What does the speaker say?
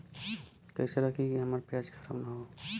कइसे रखी कि हमार प्याज खराब न हो?